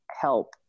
help